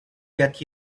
get